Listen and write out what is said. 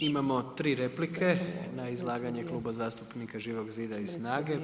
Imamo 3 replike na izlaganje Kluba zastupnika Živog zida i SNAGA-e.